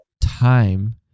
time